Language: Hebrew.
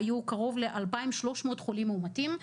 היו קרוב ל-2,300 חולים מאומתים.